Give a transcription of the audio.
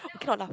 I cannot laugh